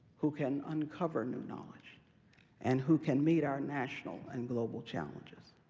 who can uncover new knowledge and who can meet our national and global challenges.